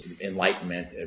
enlightenment